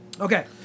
Okay